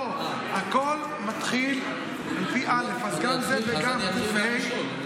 הכול מתחיל, א', אז גם זה וגם ק"ה.